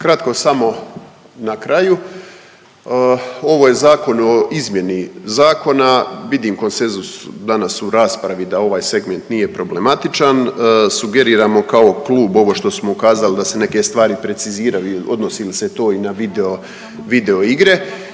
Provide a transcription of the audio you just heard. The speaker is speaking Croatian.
Kratko samo na kraju, ovo je zakon o izmjeni zakona, vidim konsenzus danas u raspravi da ovaj segment nije problematičan. Sugeriramo kao klub ovo što smo ukazali da se neke stvari preciziraju odnosi li se to i na videoigre